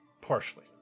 Partially